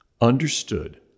understood